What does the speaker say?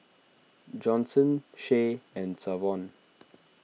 Johnson Shay and Savon